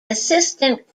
assistant